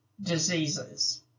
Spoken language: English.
diseases